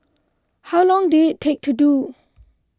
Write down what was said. how long did it take to do